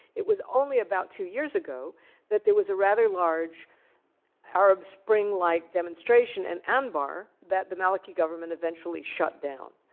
it was only about two years ago that there was a rather large arab spring-like demonstration in and anbar that the maliki government eventually shut down.